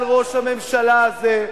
על ראש הממשלה הזה,